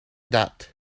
that